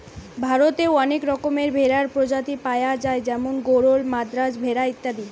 ভারতে অনেক রকমের ভেড়ার প্রজাতি পায়া যায় যেমন গরল, মাদ্রাজ ভেড়া ইত্যাদি